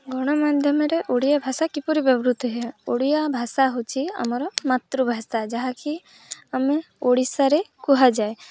ଗଣମାଧ୍ୟମ ରେ ଓଡ଼ିଆ ଭାଷା କିପରି ବ୍ୟବହୃତ ହୁଅ ଓଡ଼ିଆ ଭାଷା ହେଉଛି ଆମର ମାତୃଭାଷା ଯାହାକି ଆମେ ଓଡ଼ିଶାରେ କୁହାଯାଏ